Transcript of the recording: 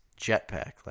jetpack